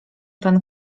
pan